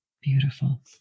Beautiful